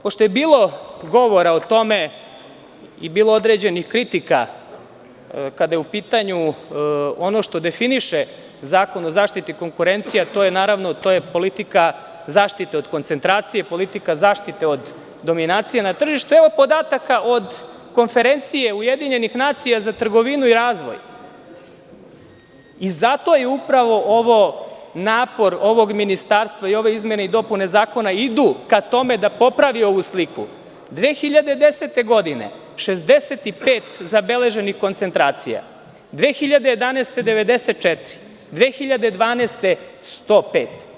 Pošto je bilo govora o tome i bilo određenih kritika, kada je u pitanju ono što definiše zakon o zaštiti konkurencije, a to je, naravno, politika zaštite od koncentracije, politika zaštite od dominacije na tržištu, evo podataka od Konferencije UN za trgovinu i razvoj i zato je upravo ovo napor ovog ministarstva i ove izmene i dopune zakona idu ka tome da popravi ovu sliku, 2010. godine 65 zabeleženih koncentracija, 2011, godine 94, 2012. godine 105.